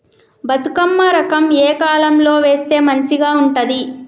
బతుకమ్మ రకం ఏ కాలం లో వేస్తే మంచిగా ఉంటది?